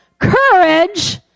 courage